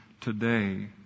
today